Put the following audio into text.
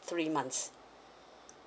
three months